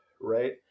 right